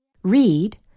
Read